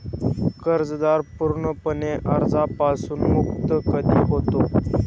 कर्जदार पूर्णपणे कर्जापासून मुक्त कधी होतो?